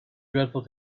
dreadful